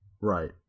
Right